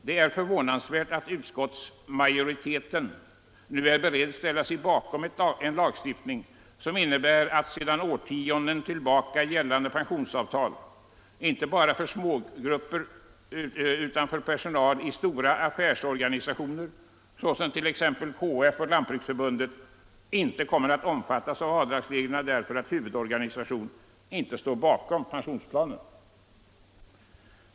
Det är förvånansvärt att utskottsmajoriteten nu är beredd att ställa sig bakom en lagstiftning som innebär att sedan årtionden tillbaka gällande pensionsavtal inte bara för smågrupper utan för personal i stora affärsorganisationer, t.ex. KF och Lantbruksförbundet, inte kommer att omfattas av avdragsreglerna därför att huvudorganisation inte står bakom pensionsplanen.